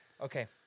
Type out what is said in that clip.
Okay